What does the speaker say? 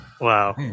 Wow